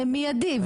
מיידי,